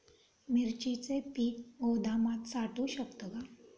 मिरचीचे पीक गोदामात साठवू शकतो का?